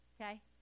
Okay